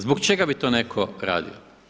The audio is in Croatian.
Zbog čega bi to netko radio?